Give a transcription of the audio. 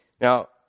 Now